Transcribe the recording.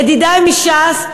ידידי מש"ס,